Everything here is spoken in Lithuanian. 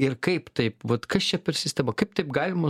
ir kaip taip vat kas čia per sistema kaip taip galima